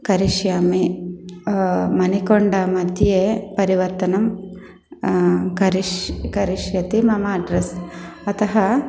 करिष्यामि मनिकोण्डा मध्ये परिवर्तनं करिष् करिष्यति मम अड्रेस् अतः